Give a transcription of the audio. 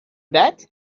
that